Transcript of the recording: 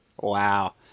Wow